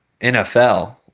NFL